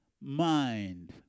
mind